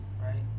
right